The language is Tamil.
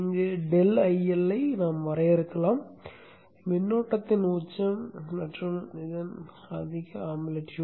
இங்கும் ∆ IL ஐ வரையறுக்கலாம் மின்னோட்டத்தின் உச்சம் முதல் உச்சம் அலை வீச்சு